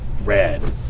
Red